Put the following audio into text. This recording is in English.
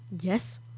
Yes